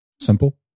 simple